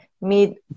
meet